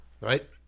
right